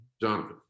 Jonathan